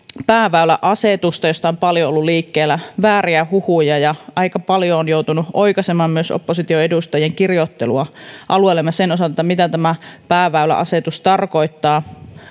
pääväyläasetusta josta on paljon ollut liikkeellä vääriä huhuja ja aika paljon on joutunut oikaisemaan myös oppositioedustajien kirjoittelua alueellamme sen osalta mitä tämä pääväyläasetus tarkoittaa